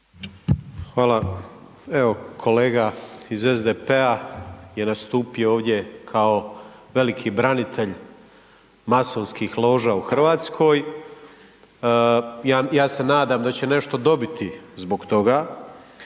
Hvala. Evo kolega iz SDP-a je nastupio ovdje kao veliki branitelj masonskih loža u Hrvatskoj. Ja se nadam da će nešto dobiti zbog toga